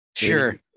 Sure